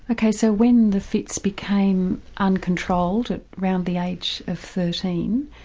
okay, so when the fits became uncontrolled around the age of thirteen,